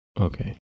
Okay